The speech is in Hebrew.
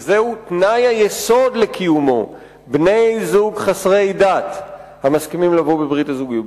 וזהו תנאי היסוד לקיומו: בני-זוג חסרי דת המסכימים לבוא בברית הזוגיות.